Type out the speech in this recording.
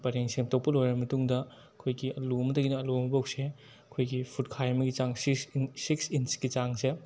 ꯄꯔꯦꯡ ꯁꯦꯝꯗꯣꯛꯄ ꯂꯣꯏꯔ ꯃꯇꯨꯡꯗ ꯑꯩꯈꯣꯏꯒꯤ ꯑꯥꯂꯨ ꯑꯃꯗꯒꯤꯅ ꯑꯥꯂꯨ ꯑꯃ ꯐꯥꯎꯁꯦ ꯑꯩꯈꯣꯏꯒꯤ ꯐꯨꯠꯈꯥꯏ ꯑꯃꯒꯤ ꯆꯥꯡ ꯁꯤꯛꯁ ꯏꯟꯁꯀꯤ ꯆꯥꯡꯁꯦ